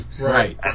Right